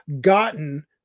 gotten